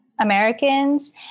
Americans